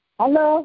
Hello